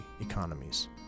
economies